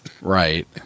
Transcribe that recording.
Right